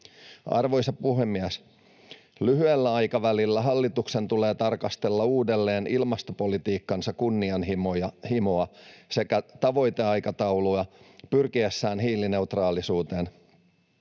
Arvoisa puhemies! Lyhyellä aikavälillä hallituksen tulee tarkastella uudelleen ilmastopolitiikkansa kunnianhimoa sekä tavoiteaikataulua pyrkiessään hiilineutraalisuuteen.